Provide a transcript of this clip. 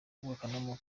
mukobwa